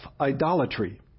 idolatry